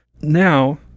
Now